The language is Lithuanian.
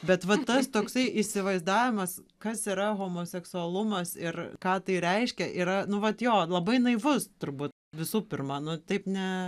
bet va tas toksai įsivaizdavimas kas yra homoseksualumas ir ką tai reiškia yra nu vat jo labai naivus turbūt visų pirma nu taip ne